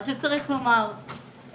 צריך לומר,